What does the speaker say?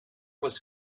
was